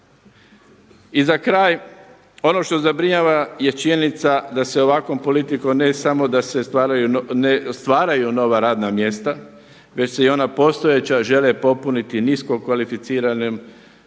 I za kraj ono što zabrinjava je činjenica da se ovakvom politikom ne samo da se stvaraju nova radna mjesta, već se i ona postojeća žele popuniti nisko kvalificiranom